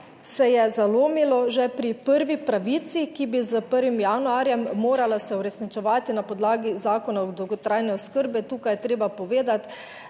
se je zalomilo že pri prvi pravici, ki bi s 1. januarjem morala se uresničevati na podlagi Zakona o dolgotrajni oskrbi. Tukaj je treba povedati,